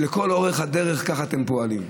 ולאורך כל הדרך ככה אתם פועלים.